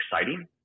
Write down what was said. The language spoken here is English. exciting